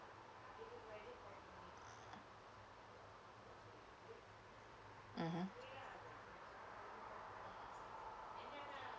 mmhmm